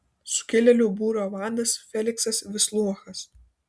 sukilėlių būrio vadas feliksas vislouchas